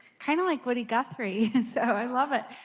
kind of like woody guthrie. and so i love it.